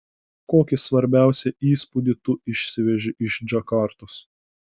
kokį svarbiausią įspūdį tu išsiveži iš džakartos